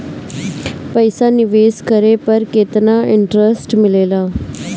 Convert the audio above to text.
पईसा निवेश करे पर केतना इंटरेस्ट मिलेला?